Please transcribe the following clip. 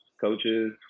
coaches